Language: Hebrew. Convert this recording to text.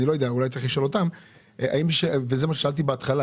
זה מה ששאלתי בהתחלה,